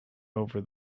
over